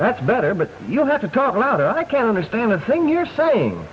that's better but you'll have to talk louder i can't understand a thing you're saying